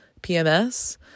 PMS